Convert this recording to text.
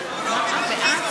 בעד,